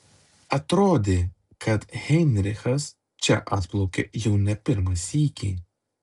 atrodė kad heinrichas čia atplaukia jau ne pirmą sykį